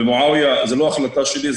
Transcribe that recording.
זו לא החלטה שלי,